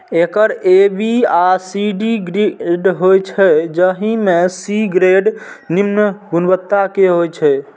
acre A, B आ C grade होइ छै, जाहि मे सी ग्रेड निम्न गुणवत्ता के होइ छै